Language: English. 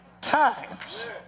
times